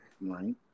Right